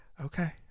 okay